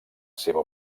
seva